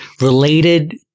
related